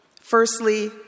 Firstly